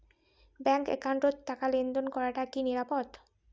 Bank একাউন্টত টাকা লেনদেন করাটা কি নিরাপদ?